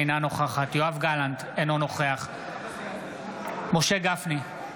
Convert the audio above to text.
אינה נוכחת יואב גלנט, אינו נוכח משה גפני,